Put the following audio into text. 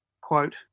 quote